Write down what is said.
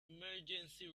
emergency